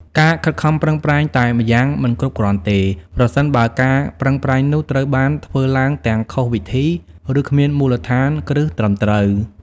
ការខិតខំប្រឹងប្រែងតែម្យ៉ាងមិនគ្រប់គ្រាន់ទេ ប្រសិនបើការប្រឹងប្រែងនោះត្រូវបានធ្វើឡើងទាំងខុសវិធី ឬគ្មានមូលដ្ឋានគ្រឹះត្រឹមត្រូវ។